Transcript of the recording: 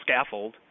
scaffold